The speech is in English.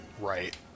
Right